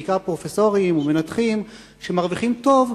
בעיקר פרופסורים ומנתחים שמרוויחים טוב,